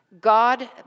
God